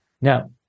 Now